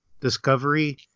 Discovery